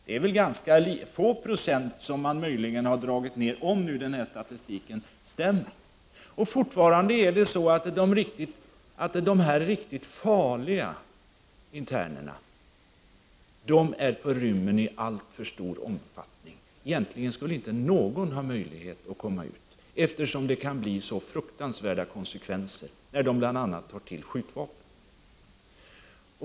Det är väl ganska få procent man har dragit ned, om nu den här statistiken stämmer. Fortfarande är det så att de riktigt farliga internerna är på rymmen i alltför stor omfattning. Egentligen skulle inte någon ha möjlighet att komma ut, eftersom det kan bli så fruktansvärda konsekvenser, bl.a. när de tar till skjutvapen.